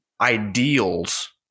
ideals